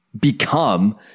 become